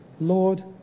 Lord